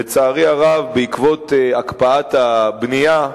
לצערי הרב, בעקבות הקפאת הבנייה,